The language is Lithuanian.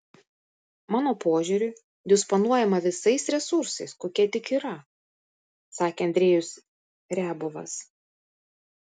mano požiūriu disponuojama visais resursais kokie tik yra sakė andrejus riabovas